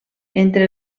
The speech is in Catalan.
entre